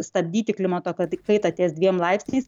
stabdyti klimato kat kaitą ties dviem laipsniais